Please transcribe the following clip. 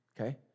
okay